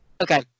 okay